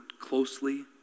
closely